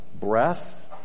breath